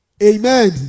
Amen